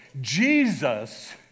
Jesus